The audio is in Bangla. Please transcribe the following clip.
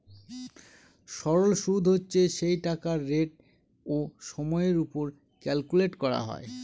সরল সুদ হচ্ছে সেই টাকার রেট ও সময়ের ওপর ক্যালকুলেট করা হয়